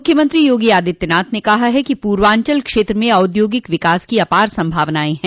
मुख्यमंत्री योगी आदित्यनाथ ने कहा कि पूर्वांचल क्षेत्र में औद्योगिक विकास की अपार संभावना है